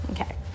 okay